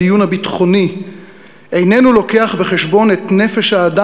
הדיון הביטחוני איננו לוקח בחשבון את נפש האדם,